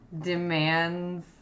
demands